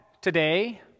today